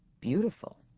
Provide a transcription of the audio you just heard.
beautiful